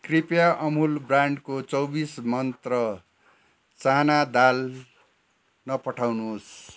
कृपया अमुल ब्रान्डको चौबिस मन्त्र चाना दाल नपठाउनुहोस्